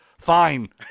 Fine